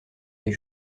des